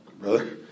Brother